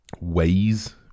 ways